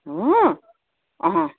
हो